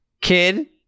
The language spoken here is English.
Kid